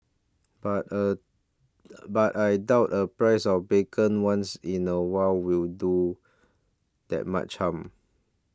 but a but I doubt a price of bacon once in a while will do that much harm